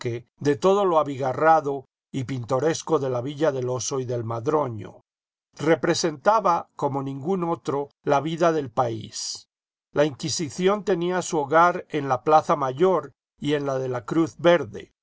de todo lo abigarrado y pintoresco de la villa del oso y del madroño representaba como ningún otro la vida del país la inquisición tenía su hogar en la plaza mayor y en la de la cruz verde